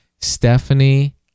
Stephanie